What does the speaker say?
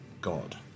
God